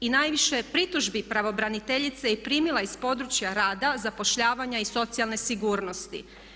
I najviše pritužbi pravobraniteljica je primila iz područja rada, zapošljavanja i socijalne sigurnosti.